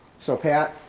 so pat.